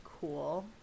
cool